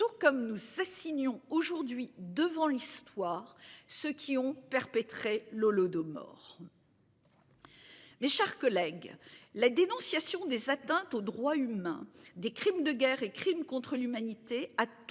comme nous, c'est, signons aujourd'hui devant l'histoire. Ceux qui ont perpétré l'Holodomor. Les chars collègue la dénonciation des atteintes aux droits humains des crimes de guerre et crimes contre l'humanité, a